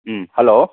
ꯎꯝ hello